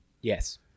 Yes